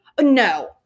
No